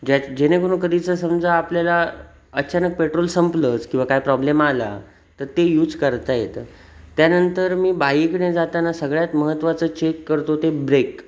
ज्या जेणेकरून कधीचं समजा आपल्याला अचानक पेट्रोल संपलंच किंवा काय प्रॉब्लेम आला तर ते यूज करता येतं त्यानंतर मी बाईकने जाताना सगळ्यात महत्वाचं चेक करतो ते ब्रेक